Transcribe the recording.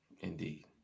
Indeed